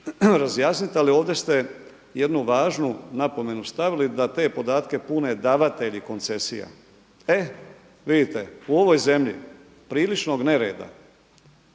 razjasniti. Ali ovdje ste jednu važnu napomenu stavili da te podatke pune davatelji koncesija. E vidite, u ovoj zemlji priličnog nereda,